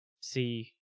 see